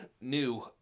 new